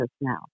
now